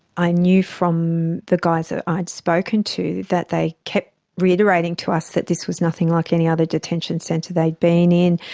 i knew from the guys that i'd had spoken to that they kept reiterating to us that this was nothing like any other detention centre they'd been in,